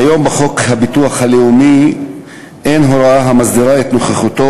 כיום אין בחוק הביטוח הלאומי הוראה המסדירה את נוכחותו